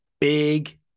big